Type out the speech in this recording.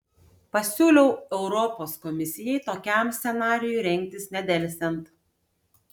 pasiūliau europos komisijai tokiam scenarijui rengtis nedelsiant